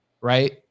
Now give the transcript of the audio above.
Right